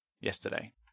Yesterday